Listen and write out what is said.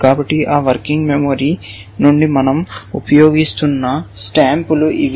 కాబట్టి ఆ working memory నుండి మనం ఉపయోగిస్తున్న స్టాంపులు ఇవి